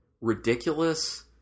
ridiculous